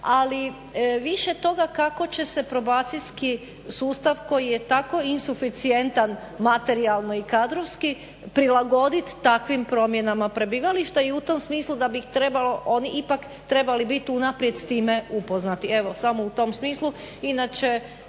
ali više toga kako će se probacijski sustav koji je tako insuficijentan materijalno i kadrovski prilagoditi takvim promjenama prebivališta i u tom smislu da bi oni ipak trebali biti unaprijed s time upoznati. Evo, samo u tom smislu.